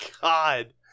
God